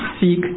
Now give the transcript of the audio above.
seek